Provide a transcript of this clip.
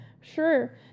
sure